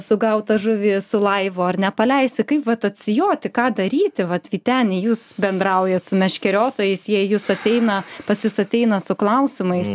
sugautą žuvį su laivu ar nepaleisi kaip vat atsijoti ką daryti vat vyteni jūs bendraujat su meškeriotojais jie į jus ateina pas jus ateina su klausimais